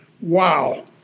wow